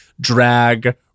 drag